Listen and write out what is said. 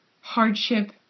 hardship